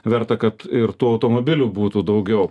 verta kad ir tų automobilių būtų daugiau